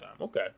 okay